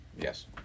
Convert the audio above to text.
Yes